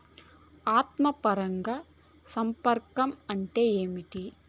ఆత్మ పరాగ సంపర్కం అంటే ఏంటి?